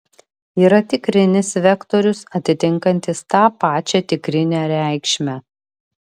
yra tikrinis vektorius atitinkantis tą pačią tikrinę reikšmę